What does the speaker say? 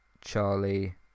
charlie